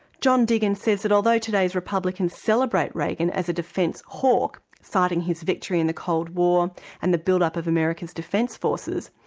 john diggins says that although today's republicans celebrate reagan as a defence hawk, citing his victory in the cold war and the build-up of america's defence forces,